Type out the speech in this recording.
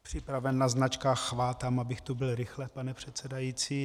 Připraven na značkách chvátám, abych tu byl rychle, pane předsedající.